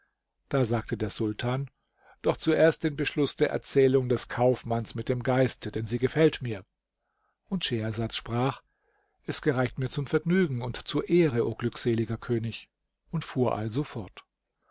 da sagte der sultan doch zuerst den beschluß der erzählung des kaufmanns mit dem geiste denn sie gefällt mir und schehersad sprach es gereicht mir zum vergnügen und zur ehre o glückseliger könig und fuhr also fort